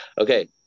Okay